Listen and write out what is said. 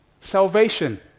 Salvation